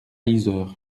yzeure